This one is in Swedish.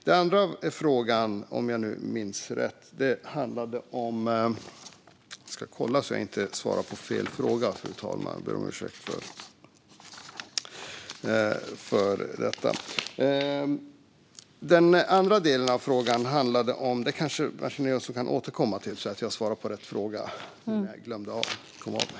Den andra delen av frågan kanske Martina Johansson kan återkomma till, så att jag svarar på rätt fråga. Jag kom av mig.